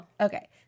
Okay